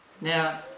now